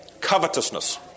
covetousness